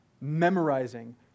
memorizing